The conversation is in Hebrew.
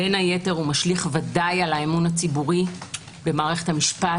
בין היתר משליך ודאי על האמון הציבורי במערכות המשפט,